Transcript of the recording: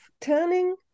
turning